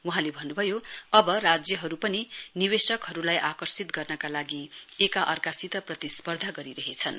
वहाँले भन्नू भयो अब राज्यहरू पनि निवेशकहरूलाई आकर्षित गर्नका लागि एकाअर्कासित प्रतिस्पर्धा गरिरहेछन्